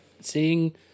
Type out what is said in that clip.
seeing